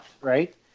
Right